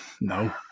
No